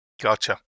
gotcha